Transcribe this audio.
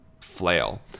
flail